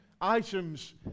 items